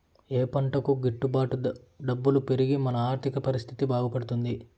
ఏ పంటకు గిట్టు బాటు డబ్బులు పెరిగి మన ఆర్థిక పరిస్థితి బాగుపడుతుంది?